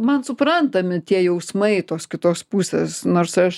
man suprantami tie jausmai tos kitos pusės nors aš